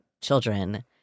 children